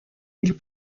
ils